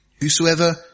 whosoever